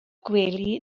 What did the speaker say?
gwely